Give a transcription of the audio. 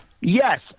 Yes